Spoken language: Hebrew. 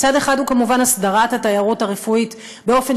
צד אחד הוא כמובן הסדרת התיירות הרפואית באופן